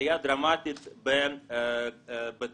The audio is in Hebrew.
עלייה דרמטית בתחלואה,